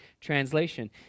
translation